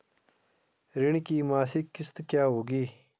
ऋण की मासिक किश्त क्या होगी?